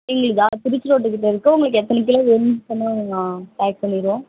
எங்களுதா Trichy road கிட்டே இருக்குது உங்களுக்கு எத்தனை கிலோ வேணும்னு சொன்னிங்கனால் பேக் பண்ணிவிடுவோம்